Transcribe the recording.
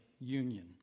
union